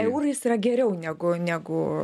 eurais yra geriau negu negu